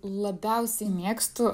labiausiai mėgstu